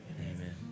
Amen